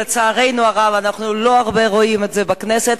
שלצערנו הרב אנחנו לא רואים אותה הרבה בכנסת.